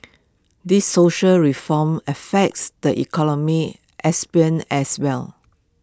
these social reforms affects the economic sphere as well